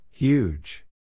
Huge